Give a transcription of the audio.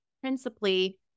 principally-